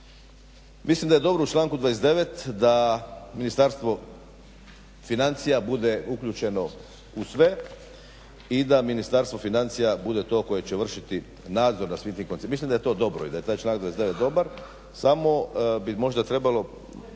Mislim da je dobro u članku 29. da Ministarstvo financija bude uključeno u sve i da Ministarstvo financija bude to koje će vršiti nadzor nad svim tim koncesija. Mislim da je to dobro i da je taj članak 29. dobar, samo bi možda trebalo,